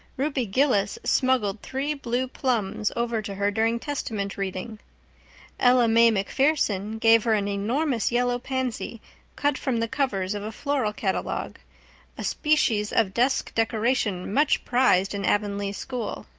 ruby gillis smuggled three blue plums over to her during testament reading ella may macpherson gave her an enormous yellow pansy cut from the covers of a floral catalogue a species of desk decoration much prized in avonlea school.